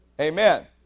Amen